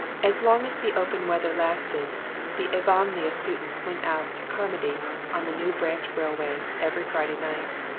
as long as the open weather lasted the avonlea students went out to carmody on the new branch railway every friday night.